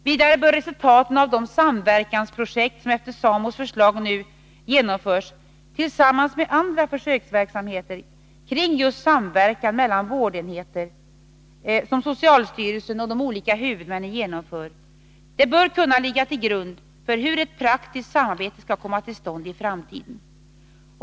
Vidare bör resultaten av de samverkansprojekt som efter SAMO:s förslag nu genomförs, tillsammans med andra försöksverksamheter kring just samverkan mellan vårdenheter som socialstyrelsen och de olika huvudmännen genomför, kunna ligga till grund för hur ett praktiskt samarbete skall komma till stånd i framtiden.